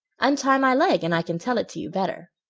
untie my leg and i can tell it to you better.